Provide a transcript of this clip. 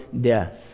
death